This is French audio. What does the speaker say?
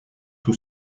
two